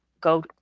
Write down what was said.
Go